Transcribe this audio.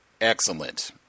excellent